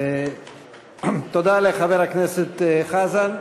תודה לחבר הכנסת חזן.